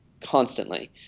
constantly